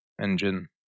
engine